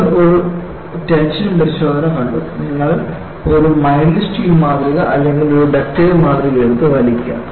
നിങ്ങൾ ഒരു ടെൻഷൻ പരിശോധന കണ്ടു നിങ്ങൾ ഒരു മൈൽഡ് സ്റ്റീൽ മാതൃക അല്ലെങ്കിൽ ഒരു ഡക്റ്റൈൽ മാതൃക എടുത്ത് വലിക്കുക